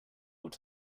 what